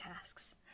tasks